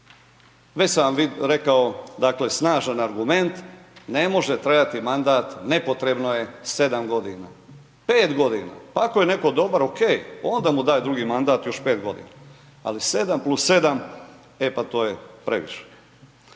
Već sam vam rekao, dakle, snažan argument, ne može trajati mandat, nepotrebno je 7 godina, 5 godina, pa ako je netko dobar, ok, onda mu daj drugi mandat, još 5 godina, ali 7 plus 7 e pa to je previše.